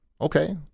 Okay